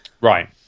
Right